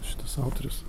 šitas autorius